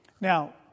Now